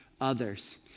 others